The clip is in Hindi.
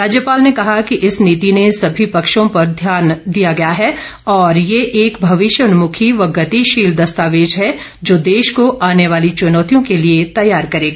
राज्यपाल ने कहा कि इस नीति ने सभी पक्षों पर ध्यान दिया गया है और ये एक भविष्यन्मुखी व गतिशील दस्तावेज है जो देश को आने वाली चुनौतियों के लिए तैयार करेगा